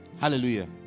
Hallelujah